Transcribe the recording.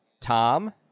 Tom